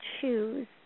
choose